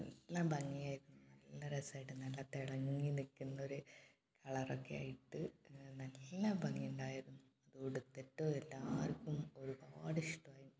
നല്ല ഭംഗിയായിരുന്നു നല്ല രസമായിട്ട് നല്ല തിളങ്ങി നിൽക്കുന്ന ഒരു കളറൊക്കെ ആയിട്ട് നല്ല ഭംഗിയുണ്ടായിരുന്നു ഉടുത്തിട്ടും എല്ലാവർക്കും ഒരുപാട് ഇഷ്ടമായി